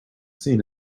seen